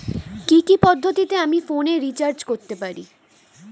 কি কি পদ্ধতিতে আমি ফোনে রিচার্জ করতে পারি?